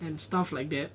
and stuff like that